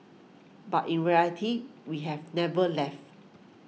but in reality we have never left